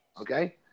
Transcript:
okay